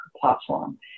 platform